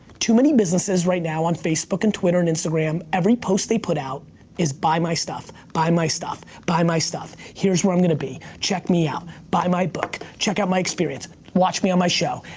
too many businesses right now on facebook and twitter and instagram, every post they put out is buy my stuff, buy my stuff, buy my stuff, here's where i'm gonna be, check me out, buy my book, check out my experience, watch me on my show,